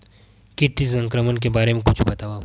कीट संक्रमण के बारे म कुछु बतावव?